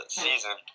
season